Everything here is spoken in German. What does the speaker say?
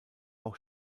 auch